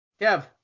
Kev